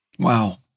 Wow